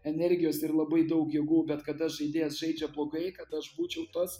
energijos ir labai daug jėgų bet kada žaidėjas žaidžia blogai kad aš būčiau tas